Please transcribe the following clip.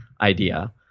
idea